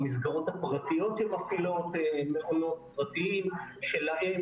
למסגרות הפרטיות שמפעילות מעונות פרטיים שלהם